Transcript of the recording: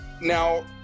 Now